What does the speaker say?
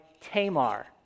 Tamar